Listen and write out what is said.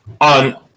on